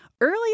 Earlier